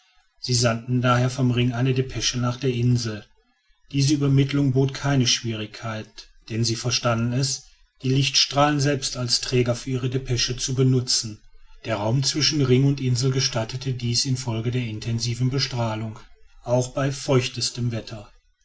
sie sandten daher vom ring eine depesche nach der insel diese übermittlung bot keine schwierigkeit denn sie verstanden es die lichtstrahlen selbst als träger für ihre depeschen zu benutzen der raum zwischen ring und insel gestattete dies infolge der intensiven bestrahlung auch beim feuchtesten wetter